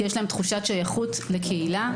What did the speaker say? כי יש להם תחושת שייכות לקהילה,